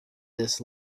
this